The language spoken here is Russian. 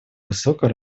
высокая